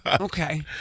okay